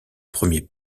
premier